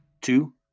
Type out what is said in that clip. Two